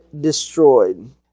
destroyed